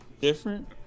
Different